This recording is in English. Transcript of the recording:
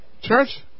Church